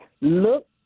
Look